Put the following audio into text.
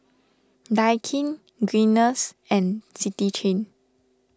Daikin Guinness and City Chain